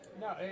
No